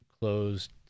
closed